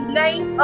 name